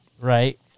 right